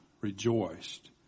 rejoiced